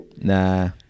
Nah